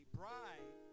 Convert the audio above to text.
bride